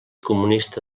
comunista